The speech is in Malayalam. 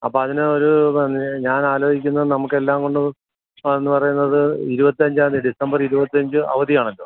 അപ്പം അതിന് ഒരൂ ഞാൻ ആലോചിക്കുന്നത് നമുക്ക് എല്ലാം കൊണ്ടും അതെന്ന് പറയുന്നത് ഇരുപത്തി അഞ്ചാം തീയതി ഡിസംബർ ഇരുപത്തി അഞ്ച് അവധിയാണല്ലോ